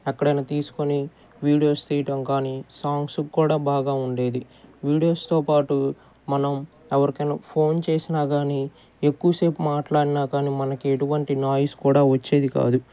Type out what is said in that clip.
ఎక్కడైనా తీసుకోని వీడియోస్ తీయటం కానీ సాంగ్స్కి కూడా బాగా ఉండేది వీడియోస్తో పాటు మనం ఎవరికి అయిన ఫోన్ చేసినా కానీ ఎక్కువ సేపు మాట్లాడిన కానీ మనకి ఎటువంటి నాయిస్ కూడా వచ్చేది కాదు